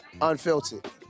Unfiltered